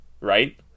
right